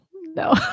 no